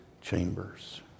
chambers